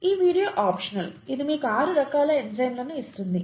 ఈ video optional ఇది మీకు ఆరు రకాల ఎంజైమ్లను ఇస్తుంది